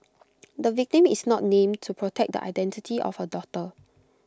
the victim is not named to protect the identity of her daughter